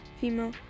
female